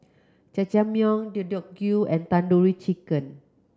Jajangmyeon Deodeok Gui and Tandoori Chicken